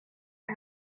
are